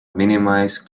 minimize